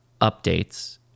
updates